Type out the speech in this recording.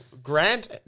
Grant